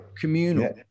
Communal